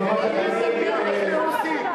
זאת הבעיה שלך.